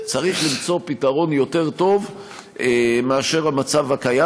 צריך למצוא פתרון יותר טוב מאשר המצב הקיים.